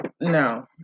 No